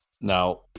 Now